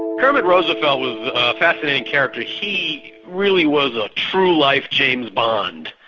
kermit roosevelt was a fascinating character. he really was a true-life james bond,